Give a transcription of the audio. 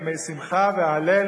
ימי שמחה והלל,